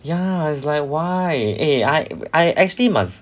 ya it's like why eh I I actually must